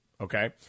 Okay